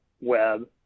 web